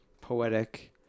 poetic